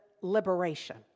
liberation